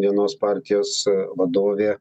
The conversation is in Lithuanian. vienos partijos vadovė